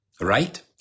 Right